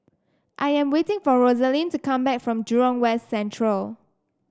I am waiting for Roselyn to come back from Jurong West Central